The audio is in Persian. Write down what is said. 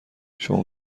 شما